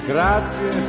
Grazie